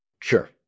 Sure